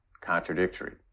contradictory